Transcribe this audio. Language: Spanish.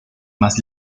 más